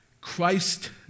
Christ